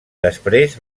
després